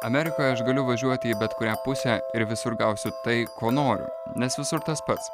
amerikoje aš galiu važiuoti į bet kurią pusę ir visur gausiu tai ko noriu nes visur tas pats